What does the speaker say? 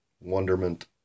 wonderment